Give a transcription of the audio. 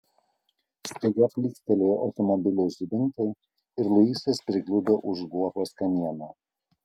staiga plykstelėjo automobilio žibintai ir luisas prigludo už guobos kamieno